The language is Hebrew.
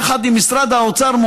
יחד עם משרד האוצר,